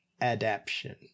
adaption